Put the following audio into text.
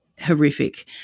horrific